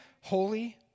holy